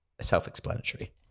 self-explanatory